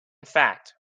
fact